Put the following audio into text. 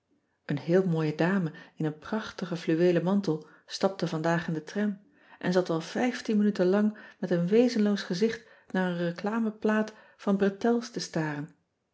en heel mooie dame in een prachtigen fluweelen mantel stapte vandaag in de tram en zat wel minuten lang met een wezenloos gezicht naar een reclameplaat van bretels te staren